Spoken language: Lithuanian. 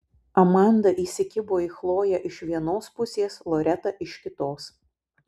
amanda įsikibo į chloję iš vienos pusės loreta iš kitos